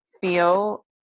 feel